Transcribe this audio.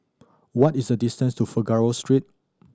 what is the distance to Figaro Street